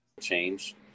change